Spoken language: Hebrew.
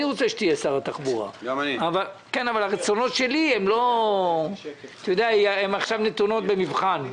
אני רוצה שתהיה שר התחבורה אבל הרצונות שלי עכשיו נתונים במבחן.